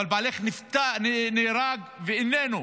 אבל בעלך נהרג ואיננו,